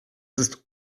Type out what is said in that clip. ist